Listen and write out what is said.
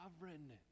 sovereign